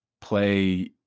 play